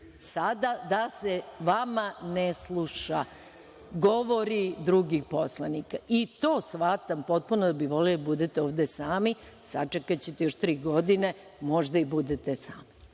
sada da se vama ne slušaju govori drugih poslanika. I to shvatam potpuno da bi voleli da budete ovde sami. Sačekaćete još tri godine, možda i budete sami,